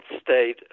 state